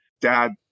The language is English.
Dad